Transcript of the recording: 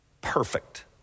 Perfect